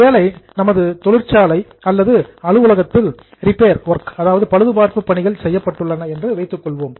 ஒருவேளை நமது தொழிற்சாலை அல்லது அலுவலகத்தில் ரிப்பேர் ஒர்க் பழுதுபார்ப்பு பணிகள் செய்யப்பட்டுள்ளன என்று வைத்துக்கொள்வோம்